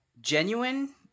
genuine